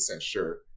sure